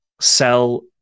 sell